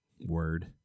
Word